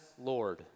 Lord